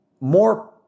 more